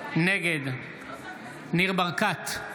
נגד ניר ברקת,